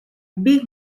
big